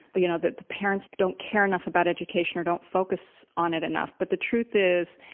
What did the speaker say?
you know, that the parents don't care enough about education or don't focus on it enough, but the truth is,